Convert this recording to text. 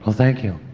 thank you.